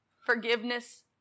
forgiveness